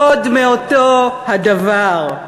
עוד מאותו הדבר.